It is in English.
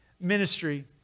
ministry